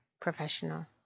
professional